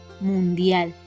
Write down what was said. mundial